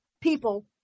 people